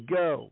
go